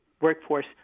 workforce